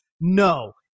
No